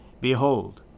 Behold